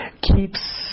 keeps